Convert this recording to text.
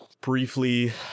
briefly